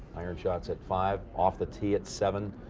iron shots at five, off the tee at seven.